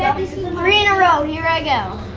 three in a row. here i go.